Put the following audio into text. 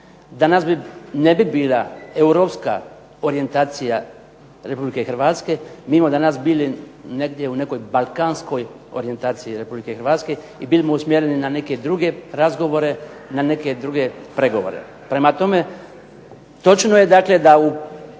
danas ne bi bila europska orijentacija Republike Hrvatske, mi bismo danas bili negdje u nekoj balkanskoj orijentaciji Republike Hrvatske i bili bi usmjereni na neke druge razgovore, na neke druge pregovore. Prema tome točno je dakle da u